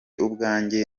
ubwanjye